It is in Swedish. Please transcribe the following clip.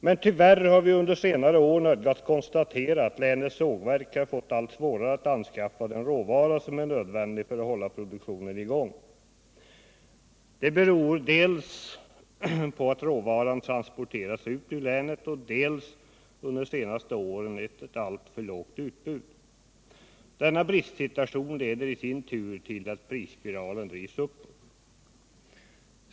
Men tyvärr har vi under senare år nödgats konstatera att länets sågverk har fått allt svårare att anskaffa den råvara som är nödvändig för att hålla produktionen i gång. Det beror på dels att råvaran transporteras ut ur länet, dels att utbudet under de senaste åren har varit alltför lågt. Denna bristsituation leder i sin tur till att prisspiralen drivs uppåt.